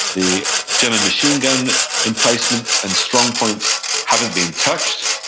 the german machine gun emplacements and strong points haven't been touched,